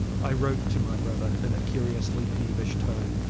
i wrote to my brother in a curiously peevish tone.